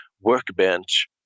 workbench